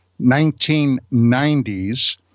1990s